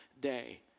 day